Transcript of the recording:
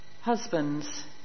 Husbands